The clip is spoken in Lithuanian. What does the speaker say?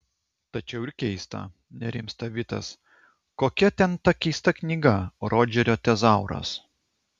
tačiau ir keista nerimsta vitas kokia ten ta keista knyga rodžerio tezauras